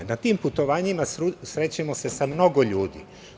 Na tim putovanjima srećemo se sa mnogo ljudi.